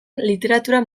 literatura